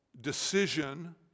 decision